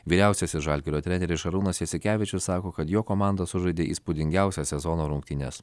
vyriausiasis žalgirio treneris šarūnas jasikevičius sako kad jo komanda sužaidė įspūdingiausias sezono rungtynes